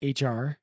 HR